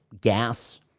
gas